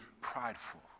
prideful